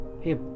Hey